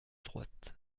droite